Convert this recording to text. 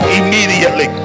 immediately